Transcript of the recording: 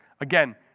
Again